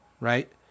right